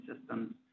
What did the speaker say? systems